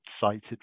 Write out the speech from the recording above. cited